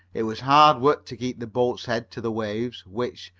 it was hard work to keep the boats' heads to the waves, which,